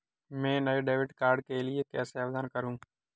मैं नए debit card के लिए कैसे आवेदन करूं?